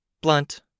Blunt